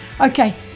Okay